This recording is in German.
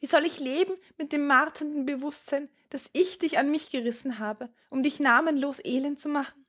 wie soll ich leben mit dem marternden bewußtsein daß ich dich an mich gerissen habe um dich namenlos elend zu machen